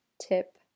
tip